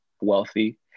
wealthy